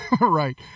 Right